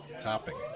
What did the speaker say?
topping